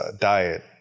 Diet